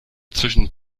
zwischen